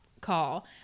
call